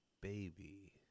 baby